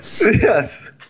Yes